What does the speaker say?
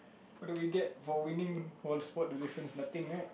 what do we get for winning for spot the difference nothing right